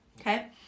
okay